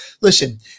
listen